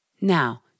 Now